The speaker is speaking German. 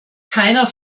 keiner